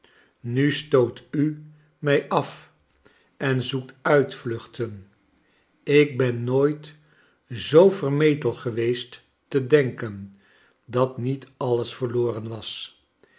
nu stoot u mij af en zoekt uitvluchten ik ben nooit zoo vermetel geweest te denken dat niet alles verloren was